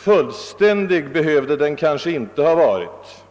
Fullständig behövde den kanske inte ha varit,